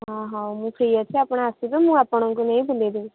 ହଁ ହଉ ମୁଁ ଫ୍ରି ଅଛି ଆପଣ ଆସିବେ ମୁଁ ଆପଣଙ୍କୁ ନେଇ ବୁଲେଇ ଦେବି